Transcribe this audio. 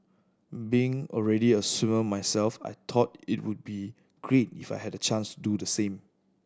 being already a swimmer myself I thought it would be great if I had the chance to do the same